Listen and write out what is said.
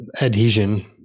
adhesion